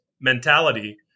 mentality